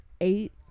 Eight